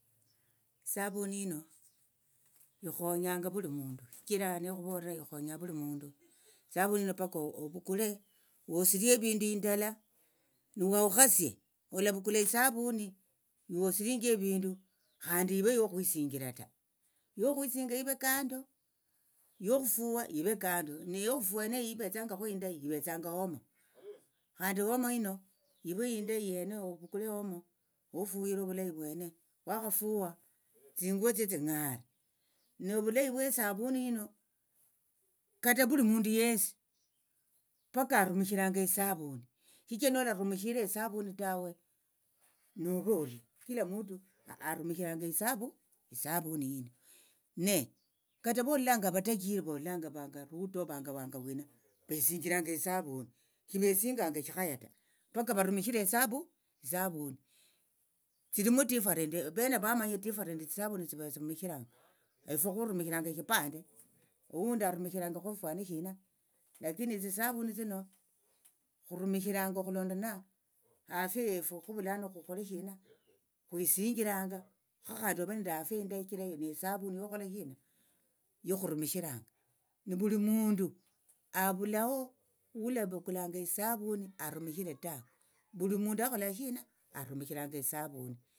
Savuni hino ikhonyanga vuli mundu shichira nekhuvolera ikhonya vuli mundu esavuni yino paka ovukule wosirie evindu indala nowahukhasie olavukula isavuni wosirinjie evindu khandi ive yokhwisinjira ta yokhwisinga ive kando yokhufua ive kando niyokhufua neyo ivetsanga indayi yene ovukule omo ofuyire ovulayi vwene wakhafua tsinguvo tsitsio tsing'are novulayi vwe savuni yino kata vuli mundu yesi paka arumishiranga esavuni shichira nolarumishire esavuni tawe novo orie kila mutu arumishiranga esavu esavuni yino kata vololanga avatachiri vololanga vanga ruto vanga vanga wina vesinjiranga esavuni shivesinganga eshikhaya ta paka varumishire esavu esavuni tsilimo tiffarent vene vamanya tiffarent tsisavuni tsivarumishiranga efwe khurumishiranga eshipande ohundi arumishirangakho fwana shina lakini etsisavuni tsino khurumishiranga okhulondana afia yefu khuvulano khukhole shina khwisinjiranga kha khandi ove nende afia indayi shichira nesavuni yokhola shina yokhurumishiranga novuli mundu avulaho hulavukulanga esavuni arumishire ta vuli mundu akhola shina arumishiranga esavuni.